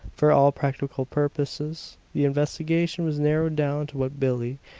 for all practical purposes, the investigation was narrowed down to what billie,